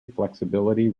flexibility